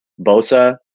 Bosa